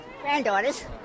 granddaughters